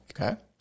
Okay